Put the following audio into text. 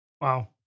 Wow